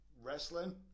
wrestling